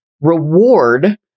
reward